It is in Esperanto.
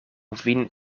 vin